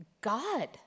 God